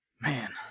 man